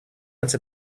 once